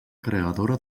creadora